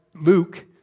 Luke